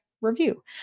review